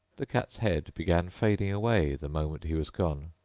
the cat's head began fading away the moment he was gone,